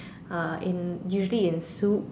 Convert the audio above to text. uh in usually in soup